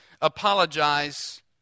apologize